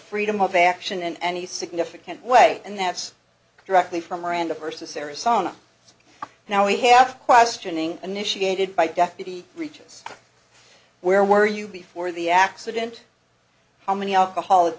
freedom of action in any significant way and that's directly from miranda versus arizona now we have questioning initiated by deputy reaches where were you before the accident how many alcoholic